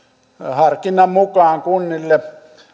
harkinnan mukaan kunnille